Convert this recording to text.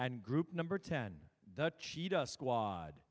and group number ten the cheetah squad